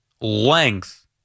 length